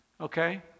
okay